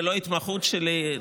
זו לא ההתמחות שלי.